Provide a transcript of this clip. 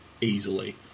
easily